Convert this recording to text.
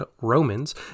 Romans